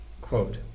quote